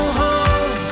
home